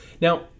Now